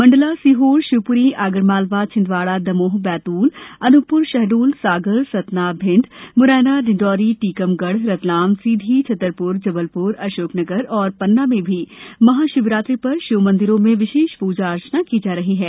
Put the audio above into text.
मंडला सीहोरशिवपुरी आगरमालवा छिन्दवाड़ा दमोह बैतूल अनूपपुर शहडोल सागर सतना भिंड मुरैना डिण्डोरी टीकमगढ़ रतलाम सीधी छतरपुर जबलपुर अशोकनगर और पन्ना में भी महाशिवरात्रि पर शिव मंदिरों में विशेष पूजा अर्चना की जा रही है